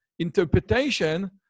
interpretation